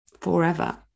forever